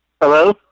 Hello